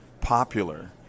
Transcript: popular